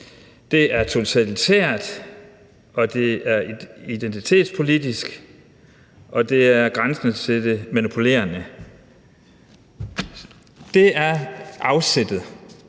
det er totalitært, og det er identitetspolitisk, og det er grænsende til det manipulerende. Det er afsættet.